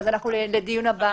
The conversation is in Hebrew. לדיון הבא.